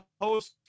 post